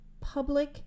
public